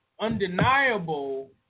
undeniable